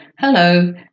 Hello